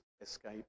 escape